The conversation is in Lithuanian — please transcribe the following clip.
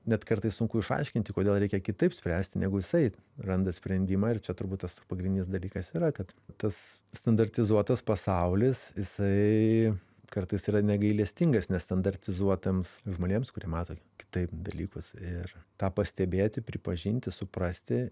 net kartais sunku išaiškinti kodėl reikia kitaip spręsti negu jisai randa sprendimą ir čia turbūt tas pagrindinis dalykas yra kad tas standartizuotas pasaulis jisai kartais yra negailestingas nestandartizuotiems žmonėms kurie mato kitaip dalykus ir tą pastebėti pripažinti suprasti